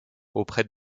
auprès